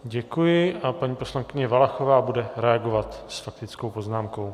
Děkuji a paní poslankyně Valachová bude reagovat s faktickou poznámkou.